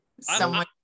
someone-